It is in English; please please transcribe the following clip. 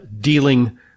dealing